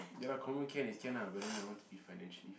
yeha lah confirm can is can ah but then I want to be financially